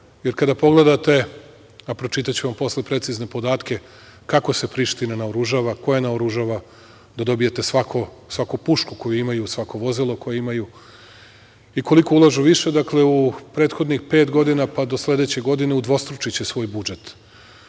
kad pogledate, a pročitaću vam posle precizne podatke kako se Priština naoružava, ko je naoružava, da dobijete svaku pušku koju imaju, svako vozilo koje imaju i koliko ulažu više, dakle, u prethodnih pet godina pa do sledeće godine udvostručiće svoj budžet. To